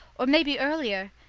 or maybe earlier.